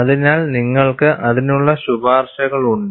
അതിനാൽ നിങ്ങൾക്ക് അതിനുള്ള ശുപാർശകൾ ഉണ്ട്